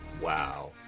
Wow